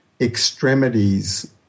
extremities